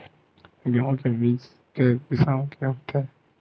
गेहूं के बीज के किसम के होथे?